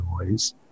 noise